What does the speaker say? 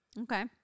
Okay